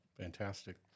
fantastic